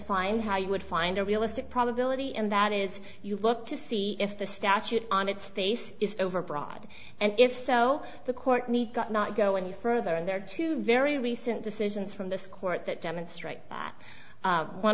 defined how you would find a realistic probability and that is you look to see if the statute on its face is overbroad and if so the court need not go any further and there are two very recent decisions from this court that demonstrate that